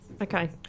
okay